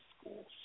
schools